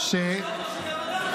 לאט, שלמה.